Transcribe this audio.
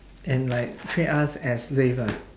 and like treat us as slave ah